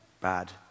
Bad